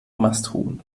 masthuhn